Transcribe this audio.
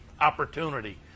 opportunity